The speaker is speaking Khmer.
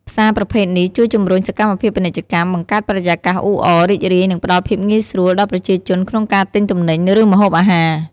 ផ្សារប្រភេទនេះ ជួយជំរុញសកម្មភាពពាណិជ្ជកម្ម បង្កើតបរិយាកាសអ៊ូអរ រីករាយ និងផ្ដល់ភាពងាយស្រួលដល់ប្រជាជនក្នុងការទិញទំនិញ ឬម្ហូបអាហារ។